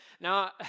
Now